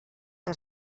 que